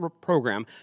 program